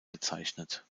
bezeichnet